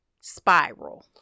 spiral